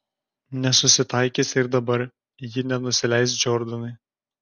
nesusitaikys ir dabar ji nenusileis džordanui